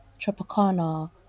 Tropicana